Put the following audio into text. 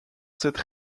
cette